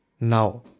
now